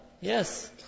Yes